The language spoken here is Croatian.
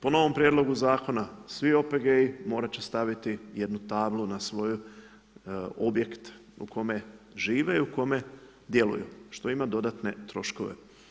Po novom Prijedlogu Zakona svih OPG-i morat će staviti jednu tablu na svoj objekt u kome žive i u kome djeluju, što ima dodatne troškove.